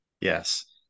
Yes